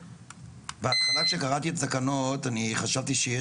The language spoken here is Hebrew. בהתחלה שקראתי את התקנות אני חשבתי שיש